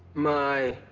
my.